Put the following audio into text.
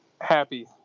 happy